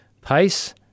pace